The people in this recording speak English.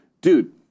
dude